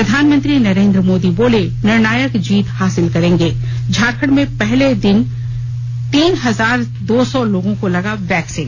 प्रधानमंत्री नरेन्द्र मोदी बोले निर्णायक जीत हासिल करेंगे झारखंड में पहले दिन तीन हजार दो सौ लोगों को लगा वैक्सीन